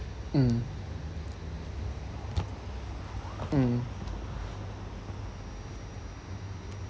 mm mm